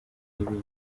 n’ibindi